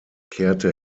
kehrte